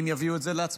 אם יביאו את זה להצבעה,